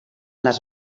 les